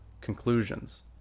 conclusions